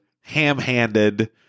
ham-handed